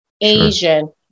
Asian